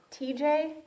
TJ